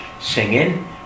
singing